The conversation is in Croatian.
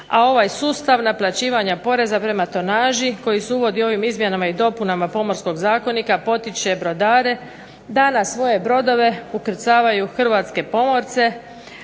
a ovaj sustav naplaćivanja poreza prema tonaži koji se uvodi ovim izmjenama i dopunama Pomorskog zakonika potiče brodare da na svoje brodove ukrcavaju hrvatske pomorce